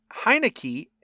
Heineke